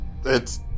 It's-